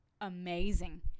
amazing